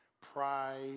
pride